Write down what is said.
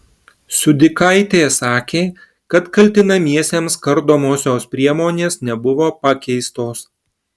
siudikaitė sakė kad kaltinamiesiems kardomosios priemonės nebuvo pakeistos